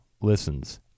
listens